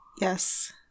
Yes